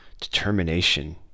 determination